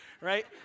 right